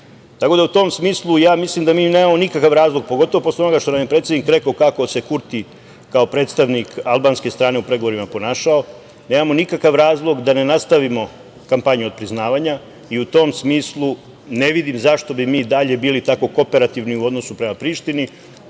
poretku.U tom smislu, mislim da mi nemamo nikakav razlog, pogotovo posle onoga što nam je predsednik rekao kako se Kurti, kao predstavnik albanske strane, u pregovorima ponaša, nemamo nikakav razlog da ne nastavimo kampanju otpriznavanja i u tom smislu ne vidim zašto bi mi dalje bili tako kooperativni u odnosu prema Prištini,